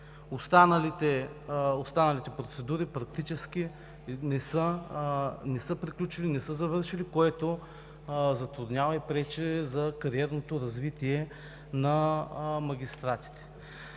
Останалите процедури практически не са приключили, не са завършили, което затруднява и пречи за кариерното развитие на магистратите.